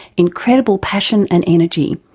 incredible passion and energy,